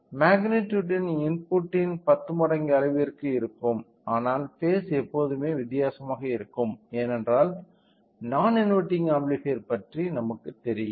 magnitude இன்புட்டின் 10 மடங்கு அளவிற்கு இருக்கும் ஆனால் பேஸ் எப்போதுமே வித்தியாசமாக இருக்கும் ஏனென்றால் நான் இன்வெர்ட்டிங் அம்பிளிபையர் பற்றி நமக்கு தெரியும்